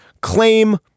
claim